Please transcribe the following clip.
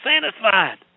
satisfied